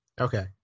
Okay